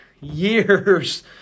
years